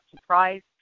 surprised